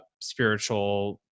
spiritual